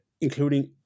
including